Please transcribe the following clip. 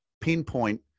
pinpoint